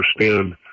understand